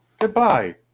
Goodbye